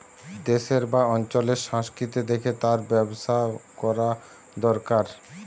দেশের বা অঞ্চলের সংস্কৃতি দেখে তার ব্যবসা কোরা দোরকার